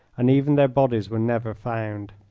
and even their bodies were never found.